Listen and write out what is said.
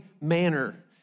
manner